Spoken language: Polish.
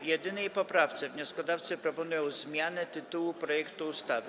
W jedynej poprawce wnioskodawcy proponują zmianę tytułu projektu ustawy.